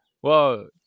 Whoa